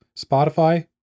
Spotify